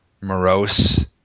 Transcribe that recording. morose